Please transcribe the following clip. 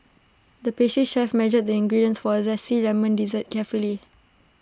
the pastry chef measured the ingredients for A Zesty Lemon Dessert carefully